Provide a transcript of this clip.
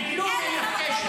אין לך קשר בכלום.